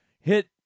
hit